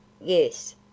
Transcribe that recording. Yes